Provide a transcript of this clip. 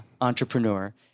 entrepreneur